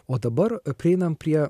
o dabar prieinam prie